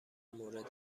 مورد